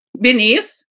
beneath